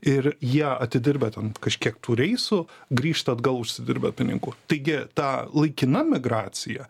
ir jie atidirbę ten kažkiek tų reisų grįžta atgal užsidirbę pinigų taigi ta laikina migracija